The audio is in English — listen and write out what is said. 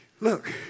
Look